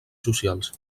socials